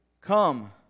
Come